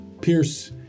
Pierce